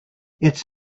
its